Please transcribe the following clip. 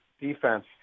defense